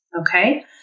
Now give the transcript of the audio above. Okay